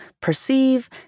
perceive